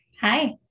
Hi